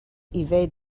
evade